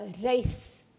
race